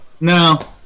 no